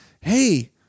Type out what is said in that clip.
hey